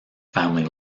family